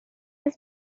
his